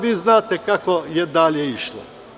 Vi znate kako je dalje išlo.